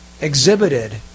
exhibited